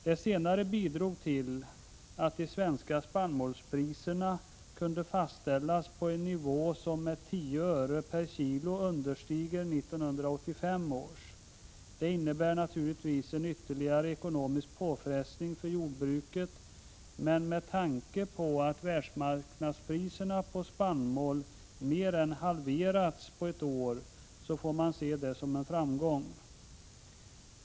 Det senare bidrog till att de svenska spannmålspriserna kunde fastställas på en nivå som med 10 öre/kg understiger 1985 års. Det innebär naturligtvis en ytterligare ekonomisk påfrestning för jordbruket, men med tanke på att världsmarknadspriserna på spannmål mer än halverats på ett år så får man se det som en framgång.